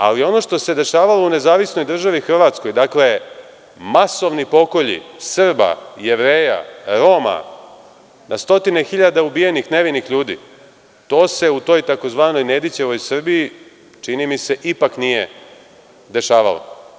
Ali, ono što se dešavalo u nezavisnoj državi Hrvatskoj, dakle, masovni pokolji Srba, Jevreja, Roma, na stotine hiljada ubijenih nevinih ljudi, to se u toj tzv. Nedićevoj Srbiji, čini mi se, ipak nije dešavalo.